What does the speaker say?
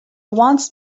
wants